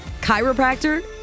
chiropractor